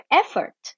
effort